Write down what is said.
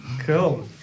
cool